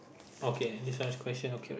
okay this one question okay already